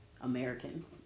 Americans